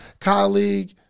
colleague